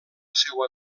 seua